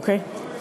אוקיי.